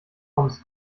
pommes